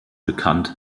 bekannt